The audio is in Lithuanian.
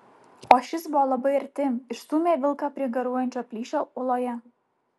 o šis buvo labai arti ir stūmė vilką prie garuojančio plyšio uoloje